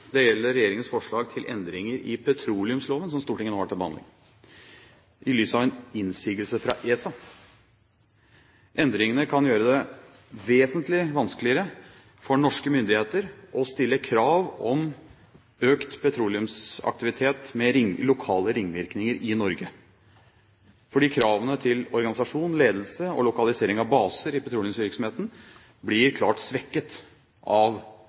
Det gjelder regjeringens forslag til endringer i petroleumsloven, som Stortinget nå har til behandling – i lys av en innsigelse fra ESA. Endringene kan gjøre det vesentlig vanskeligere for norske myndigheter å stille krav om økt petroleumsaktivitet med lokale ringvirkninger i Norge fordi kravene til organisasjon, ledelse og lokalisering av baser i petroleumsvirksomheten blir klart svekket av